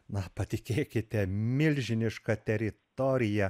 na patikėkite milžiniška teritorija